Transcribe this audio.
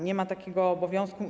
Nie ma takiego obowiązku.